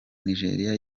nigeria